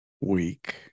week